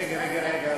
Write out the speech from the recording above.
רגע, יש לי שאלה נוספת.